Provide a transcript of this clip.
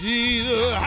Jesus